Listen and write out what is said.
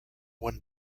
one